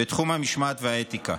ותחום המשמעת והאתיקה.